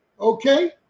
Okay